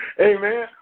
Amen